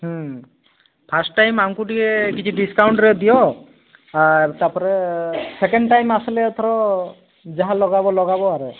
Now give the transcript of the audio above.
ହୁଁ first time ଆମ୍କୁ ଟିକେ କିଛି ଡିସ୍କାଉଣ୍ଟରେ ଦିଅ ଆର୍ ତା'ପରେ ସେକେଣ୍ଡ ଟାଇମ ଆସ୍ଲେ ଏଥର ଯାହା ଲଗାବ ଲଗାବ